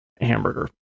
hamburger